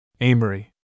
Amory